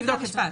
בוודאי.